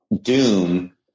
Doom